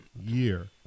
year